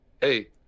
Hey